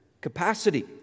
capacity